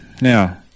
now